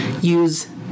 use